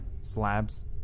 slabs